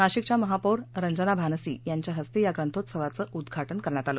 नाशिकच्या महापौर रंजना भानसी यांच्या हस्ते या ग्रंथोत्सवाचं उदघाटन करण्यात आलं